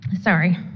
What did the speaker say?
Sorry